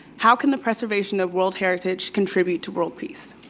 how can the preservation of world heritage contribute to world peace?